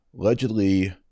Allegedly